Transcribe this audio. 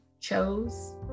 chose